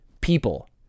people